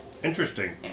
Interesting